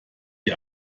die